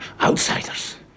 outsiders